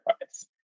price